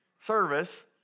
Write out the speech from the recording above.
service